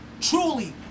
truly